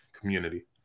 community